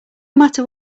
matter